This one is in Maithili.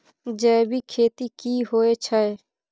जैविक खेती की होए छै?